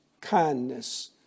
kindness